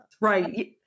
right